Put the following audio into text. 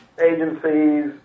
agencies